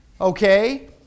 okay